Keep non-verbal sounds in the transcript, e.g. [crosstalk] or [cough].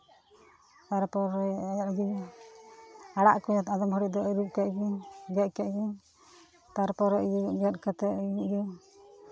ᱛᱟᱨᱯᱚᱨᱮ [unintelligible] ᱟᱲᱟᱜ ᱠᱚ ᱟᱫᱚᱢ ᱜᱷᱟᱹᱲᱤ ᱫᱚ ᱟᱹᱨᱩᱵ ᱠᱮᱫ ᱜᱤᱧ ᱜᱮᱫ ᱠᱮᱫ ᱜᱤᱧ ᱛᱟᱨᱯᱚᱨᱮ ᱤᱭᱟᱹ ᱜᱮᱫ ᱠᱟᱛᱮ